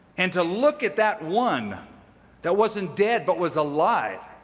and to look at that one that wasn't dead but was alive,